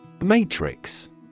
Matrix